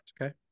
Okay